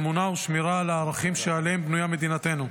אמונה ושמירה על הערכים שעליהם בנויה מדינתנו.